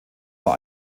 war